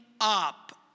up